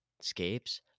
scapes